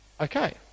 Okay